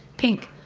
pink,